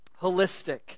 Holistic